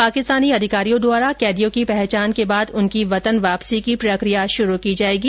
पाकिस्तानी अधिकारियों द्वारा कैदियों की पहचान के बाद उनकी वतन वापसी की प्रकिया शुरू की जायेगी